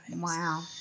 Wow